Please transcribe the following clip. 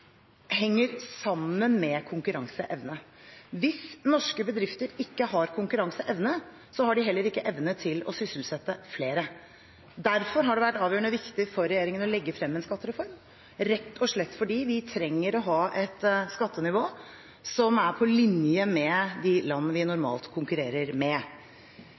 henger sammen med konkurranseevne. Hvis norske bedrifter ikke har konkurranseevne, har de heller ikke evne til å sysselsette flere. Derfor har det vært avgjørende viktig for regjeringen å legge frem en skattereform, rett og slett fordi vi trenger å ha et skattenivå som er på linje med nivået i de land vi normalt konkurrerer med.